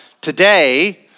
today